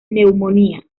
neumonía